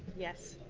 yes,